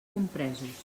compresos